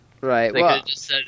Right